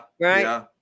right